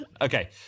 Okay